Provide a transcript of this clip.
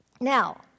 Now